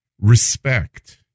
respect